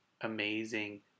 amazing